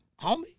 homie